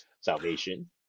Salvation